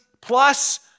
plus